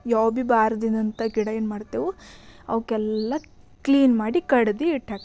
ಯಾವು ಭೀ ಬಾರ್ದಂಥ ಗಿಡ ಏನು ಮಾಡ್ತೀವಿ ಅವಕ್ಕೆಲ್ಲಾ ಕ್ಲೀನ್ ಮಾಡಿ ಕಡ್ದು ಹಿಟ್ ಹಾಕ್ತೀವಿ